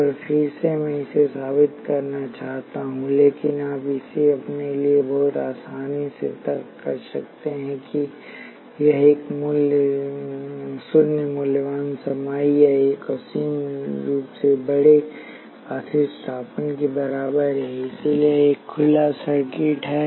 और फिर से मैं इसे साबित करना चाहता हूं लेकिन आप इसे अपने लिए बहुत आसानी से तर्क कर सकते हैं कि यह एक शून्य मूल्यवान समाई या एक असीम रूप से बड़े अधिष्ठापन के बराबर है इसलिए यह एक खुला सर्किट है